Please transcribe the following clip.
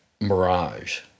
mirage